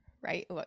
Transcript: right